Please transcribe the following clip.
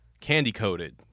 candy-coated